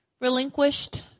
relinquished